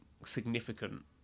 significant